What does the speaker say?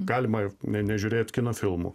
galima ne nežiūrėt kino filmų